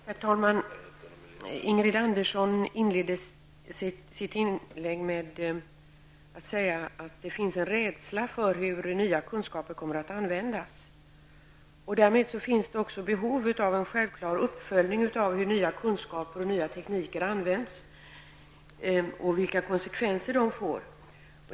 Herr talman! Ingrid Andersson inledde sitt anförande med att säga att det finns en rädsla för hur nya kunskaper kommer att användas och att det därmed finns ett självklart behov av en uppföljning av hur nya kunskaper och nya tekniker används samt vilka konsekvenser de får.